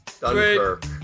Dunkirk